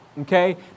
okay